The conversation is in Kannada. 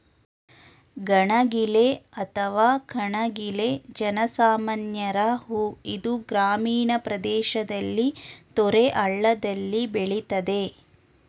ಗಣಗಿಲೆ ಅಥವಾ ಕಣಗಿಲೆ ಜನ ಸಾಮಾನ್ಯರ ಹೂ ಇದು ಗ್ರಾಮೀಣ ಪ್ರದೇಶದಲ್ಲಿ ತೊರೆ ಹಳ್ಳದಲ್ಲಿ ಬೆಳಿತದೆ